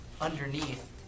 underneath